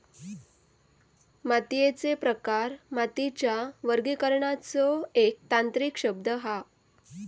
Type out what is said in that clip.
मातीयेचे प्रकार मातीच्या वर्गीकरणाचो एक तांत्रिक शब्द हा